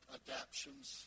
adaptions